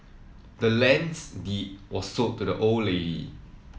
the land's deed was sold to the old lady